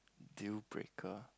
deal breaker